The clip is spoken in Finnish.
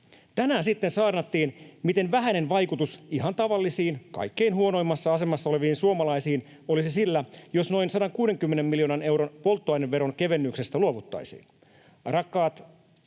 Tänään sitten saarnattiin, miten vähäinen vaikutus ihan tavallisiin kaikkein huonoimmassa asemassa oleviin suomalaisiin olisi sillä, jos noin 160 miljoonan euron polttoaineveron kevennyksestä luovuttaisiin.